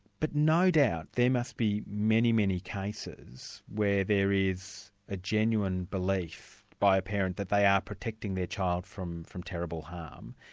but no doubt there must be many, many cases where there is a genuine belief by a parent that they are protecting their child from from terrible harm,